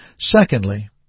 Secondly